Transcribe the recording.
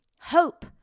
Hope